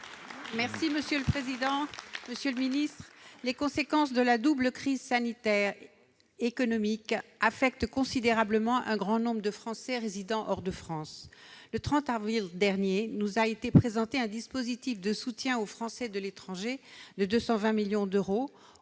Deromedi, pour le groupe Les Républicains. Les conséquences de la double crise sanitaire et économique affectent considérablement un grand nombre de Français résidant hors de France. Le 30 avril dernier nous a été présenté un dispositif de soutien aux Français de l'étranger de 220 millions d'euros,